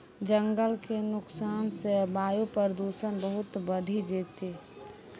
जंगल के नुकसान सॅ वायु प्रदूषण बहुत बढ़ी जैतै